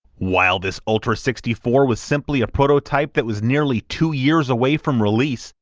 while this ultra sixty four was simply a prototype that was nearly two years away from release,